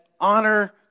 honor